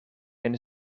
een